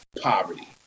Poverty